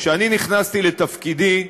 כשאני נכנסתי לתפקידי,